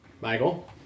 Michael